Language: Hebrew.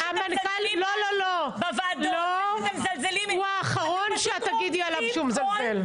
לא, הוא האחרון שאת תגידי עליו שהוא מזלזל.